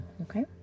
Okay